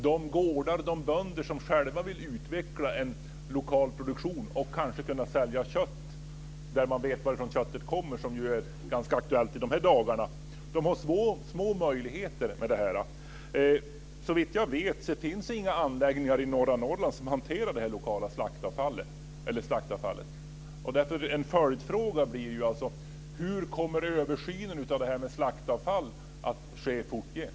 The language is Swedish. Det är gårdar med bönder som själva vill utveckla en lokal produktion och kanske kunna sälja kött där man vet varifrån köttet kommer - som ju är ganska aktuellt i dessa dagar - men som har små möjligheter till det. Såvitt jag vet finns det inga anläggningar i norra En följdfråga blir då: Hur kommer översynen av frågan om slaktavfall att ske framgent?